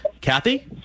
Kathy